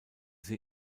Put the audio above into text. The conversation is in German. sie